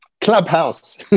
Clubhouse